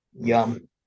Yum